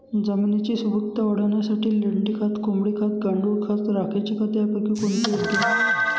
जमिनीची सुपिकता वाढवण्यासाठी लेंडी खत, कोंबडी खत, गांडूळ खत, राखेचे खत यापैकी कोणते योग्य आहे?